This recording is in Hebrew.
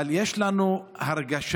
אבל יש לנו הרגשה